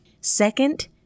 Second